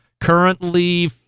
currently